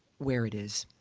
where it is.